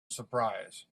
surprise